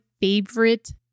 favorite